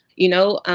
you know.